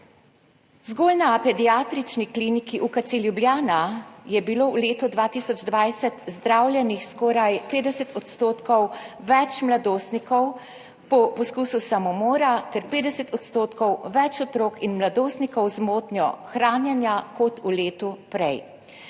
Zgolj na Pediatrični kliniki UKC Ljubljana je bilo v letu 2020 zdravljenih skoraj 50 % več mladostnikov po poskusu samomora ter 50 % več otrok in mladostnikov z motnjo hranjenja kot v letu prej.